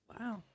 Wow